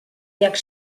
jak